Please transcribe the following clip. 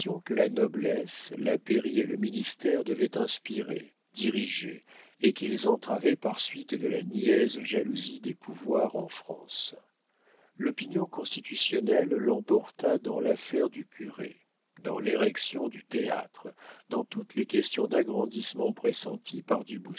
que la noblesse la pairie et le ministère devaient inspirer diriger et qu'ils entravaient par suite de la niaise jalousie des pouvoirs en france l'opinion constitutionnelle l'emporta dans l'affaire du curé dans l'érection du théâtre dans toutes les questions d'agrandissement pressenties par du